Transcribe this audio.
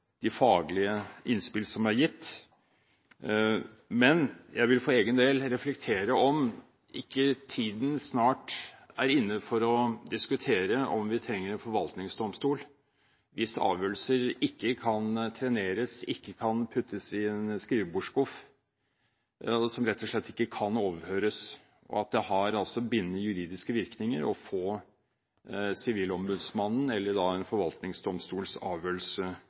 faglige innspill som er gitt. Jeg vil for egen del reflektere over om ikke tiden snart er inne for å diskutere om vi trenger en forvaltningsdomstol hvis avgjørelser ikke kan treneres, ikke kan puttes i en skrivebordsskuff, som rett og slett ikke kan overføres, og at det har bindende juridiske virkninger å få Sivilombudsmannens eller en forvaltningsdomstols avgjørelse